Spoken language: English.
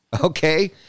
Okay